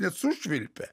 net sušvilpė